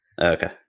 okay